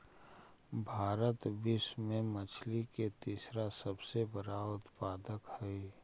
भारत विश्व में मछली के तीसरा सबसे बड़ा उत्पादक हई